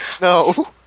No